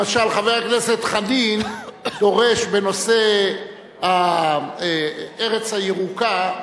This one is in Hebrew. אבל למשל חבר הכנסת חנין דורש בנושא "הארץ הירוקה",